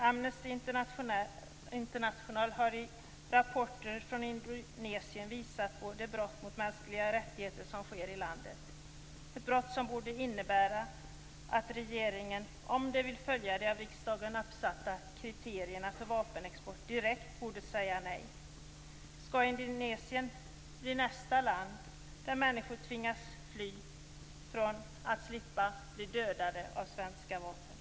Amnesty International har i rapporter från Indonesien visat på de brott mot mänskliga rättigheter som sker i landet. Det är brott som borde innebära att regeringen, om den vill följa de av riksdagen uppsatta kriterierna för vapenexport, direkt säger nej. Skall Indonesien bli nästa land där människor tvingas fly för att slippa bli dödade av svenska vapen?